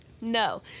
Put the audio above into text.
No